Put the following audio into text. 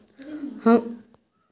हमर सावधि जमा के परिपक्वता राशि की छै?